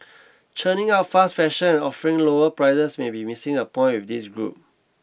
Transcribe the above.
churning out fast fashion and offering lower prices may be missing a point with this group